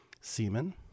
semen